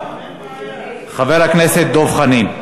חבר הכנסת דב חנין.